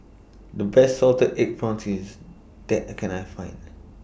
The Best Salted Egg Prawns IS that I Can I Find